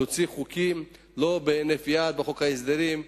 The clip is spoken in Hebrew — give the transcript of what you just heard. להוציא חוקים לא בהינף יד בחוק ההסדרים,